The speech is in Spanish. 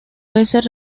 veces